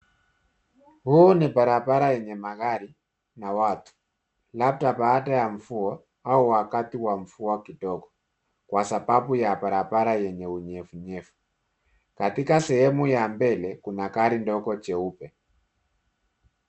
Huu ni barabara yenye magari na watu, labda baada ya mvua au wakati wa mvua kidogo kwa sababu ya barabara yenye unyevunyevu. Katika sehemu ya mbele, kuna gari dogo jeupe.